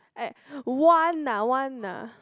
one ah one ah